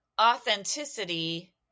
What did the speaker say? authenticity